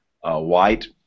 white